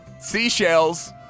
Seashells